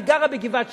היא גרה בגבעת-שאול,